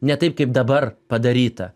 ne taip kaip dabar padaryta